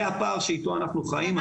זה הפער שאתו אנחנו חיים היום בבוקר.